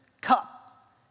cup